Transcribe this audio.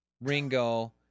Ringo